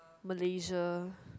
Malaysia